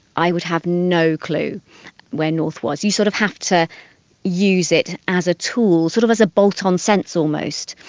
i would have no clue where north was. you sort of have to use it as a tool, sort of as a bolt-on sense almost.